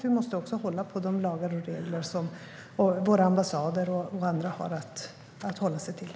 Vi måste också hålla på de lagar och regler som våra ambassader och andra har att hålla sig till.